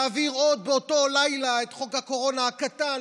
להעביר עוד באותו לילה את חוק הקורונה הקטן.